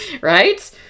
right